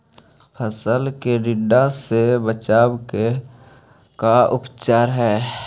फ़सल के टिड्डा से बचाव के का उपचार है?